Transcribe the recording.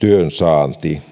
työn saanti